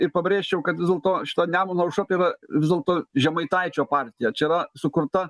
ir pabrėžčiau kad vis dėlto šita nemuno aušra tai yra vis dėlto žemaitaičio partija čia yra sukurta